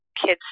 kids